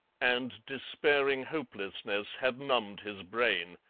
and despairing hopelessness had numbed his brain,